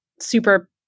super